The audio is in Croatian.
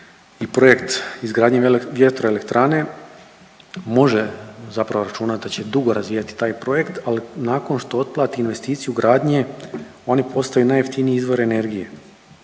i projekt izgradnje vjetro elektrane može zapravo računati da će dugo razvijati taj projekt, ali nakon što otplati investiciju gradnje oni postaju najjeftiniji izvor energije.